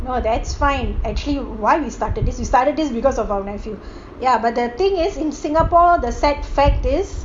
no that's fine actually why we started this we started this because of our nephew ya but the thing is in singapore the sad fact is